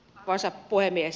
arvoisa puhemies